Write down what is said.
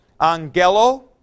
Angelo